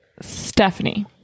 Stephanie